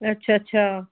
ਅੱਛਾ ਅੱਛਾ